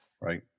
Right